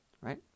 right